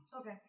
Okay